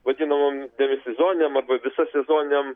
vadinamom demisezoninėm arba visasezoninėm